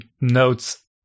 notes